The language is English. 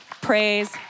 Praise